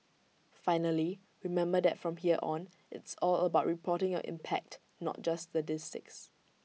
finally remember that from here on it's all about reporting your impact not just statistics